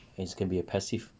and it can be a passive